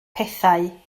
pethau